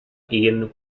ian